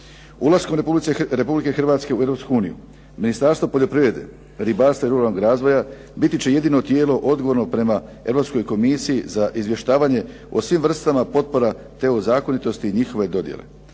Ulaskom Republike Hrvatske u Europsku uniju, Ministarstvo poljoprivrede, ribarstva i ruralnog razvoja biti će jedino tijelo odgovorno prema Europskoj komisiji za izvještavanje o svim vrstama potpora te o zakonitosti njihove dodjele.